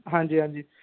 हां जी हां जी